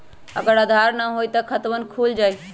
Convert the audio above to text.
अगर आधार न होई त खातवन खुल जाई?